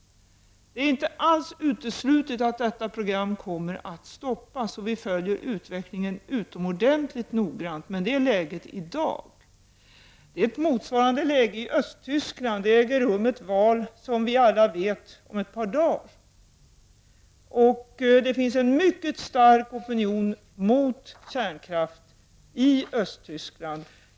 Det är inte alls uteslutet att detta program kommer att stoppas, och vi följer utvecklingen utomordentligt noggrant. Detta är alltså läget i dag. I Östtyskland råder ett motsvarande läge. Ett val äger rum om ett par dagar, som vi alla vet. Det finns en mycket stark opinion mot kärnkraft i Östtyskland.